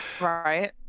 right